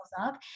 up